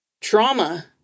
Trauma